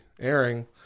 airing